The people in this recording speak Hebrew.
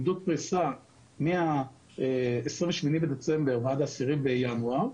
נראה עמדות פריסה מה-28 בדצמבר ועד ה-10 בינואר.